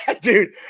Dude